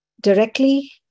Directly